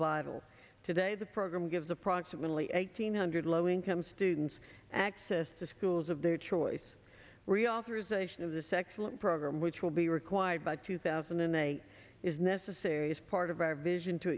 vital today the program gives the proximately eighteen hundred low income students access to schools of their choice reauthorization of this excellent program which will be required by two thousand and eight is necessary as part of our vision to